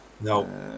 no